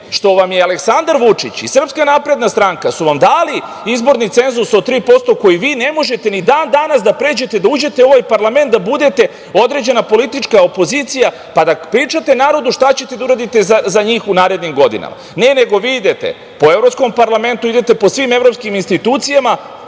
što vam je Aleksandar Vučić i SNS su vam dali izborni cenzus od 3% koji vi ne možete ni dan danas da pređete, da uđete u ovaj parlament da budete određena politička opozicija, pa da pričate narodu šta ćete da uradite za njih u narednim godinama? Ne, nego vi idete po Evropskom parlamentu, idete po svim evropskim institucijama